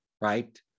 right